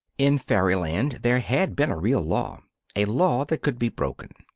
in fairyland there had been a real law a law that could be broken,